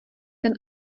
ten